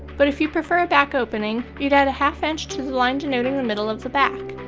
but if you prefer a back opening, you'd add a half inch to the line denoting the middle of the back.